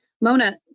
Mona